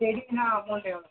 செடிக்குன்னா amount எவ்வளோ sir